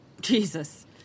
Jesus